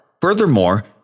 Furthermore